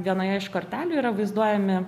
vienoje iš kortelių yra vaizduojami